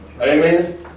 Amen